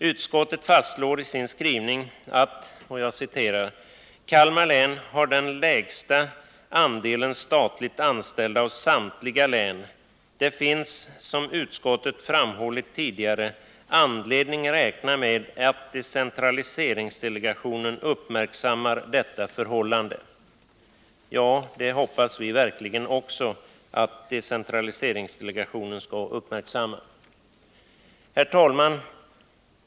Utskottet fastslår i sin skrivning att ”Kalmar län har den lägsta andelen statligt anställda av samtliga län. Det finns, som utskottet framhållit tidigare, anledning räkna med att decentraliseringsdelegationen uppmärksammar detta förhållande.” Ja, det hoppas vi också att decentraliseringsdelegationen kommer att göra. Herr talman!